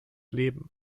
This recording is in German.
leben